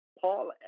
paul